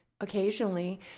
occasionally